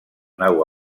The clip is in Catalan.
nau